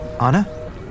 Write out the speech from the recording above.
Anna